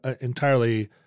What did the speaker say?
entirely